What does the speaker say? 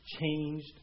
changed